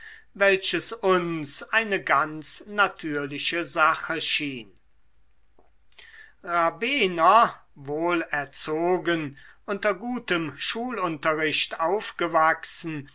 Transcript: welches uns eine ganz natürliche sache schien rabener wohl erzogen unter gutem schulunterricht aufgewachsen